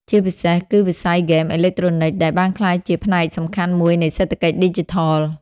ជាពិសេស គឺវិស័យហ្គេមអេឡិចត្រូនិច ដែលបានក្លាយជាផ្នែកសំខាន់មួយនៃសេដ្ឋកិច្ចឌីជីថល។